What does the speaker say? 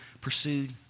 pursued